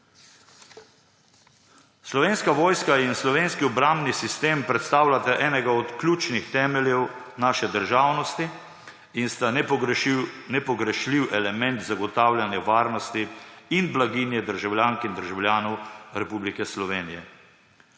Slovenska vojska in slovenski obrambni sistem predstavljata enega od ključnih temeljev naše državnosti in sta nepogrešljiv element zagotavljanja varnosti in blaginje državljank in državljanov Republike Slovenije.